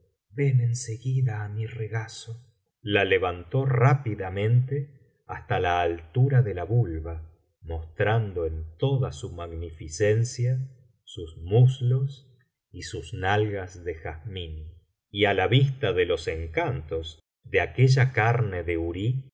ven en seguida á mi regazo la levantó rápidamente hasta la altura de la vulva mostrando en toda su magnificencia sus muslos y sus nalgas de jazmín y á la vista de los encantos de aquella carne de